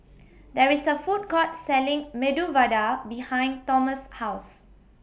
There IS A Food Court Selling Medu Vada behind Tomas' House